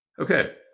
Okay